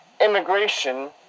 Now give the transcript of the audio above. immigration